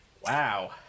Wow